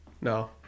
No